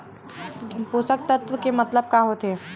पोषक तत्व के मतलब का होथे?